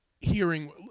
hearing